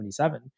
1977